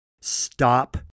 stop